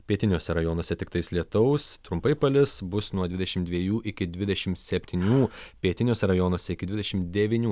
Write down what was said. pietiniuose rajonuose tiktais lietaus trumpai palis bus nuo dvidešim dviejų iki dvidešim septynių pietiniuose rajonuose iki dvidešim devynių